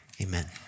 Amen